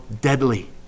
deadly